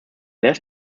left